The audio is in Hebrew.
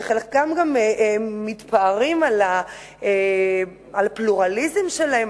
שחלקם גם מתפארים בפלורליזם שלהם,